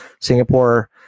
Singapore